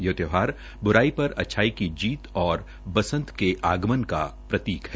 ये त्यौहार बुराई पर अच्छाई की जीत और बंसत के आगमन का प्रतीक है